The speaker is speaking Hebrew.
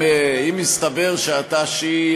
אם יתברר שאתה שיעי,